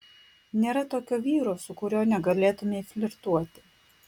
nėra tokio vyro su kuriuo negalėtumei flirtuoti